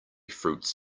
fruits